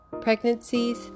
pregnancies